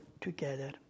together